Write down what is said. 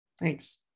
Thanks